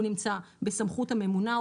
הוא נמצא בסמכות הממונה,